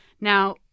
Now